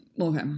Okay